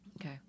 Okay